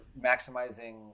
maximizing